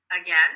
again